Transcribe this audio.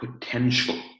potential